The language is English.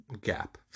gap